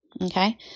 Okay